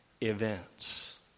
events